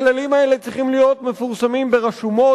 הכללים האלה צריכים להיות מפורסמים ברשומות,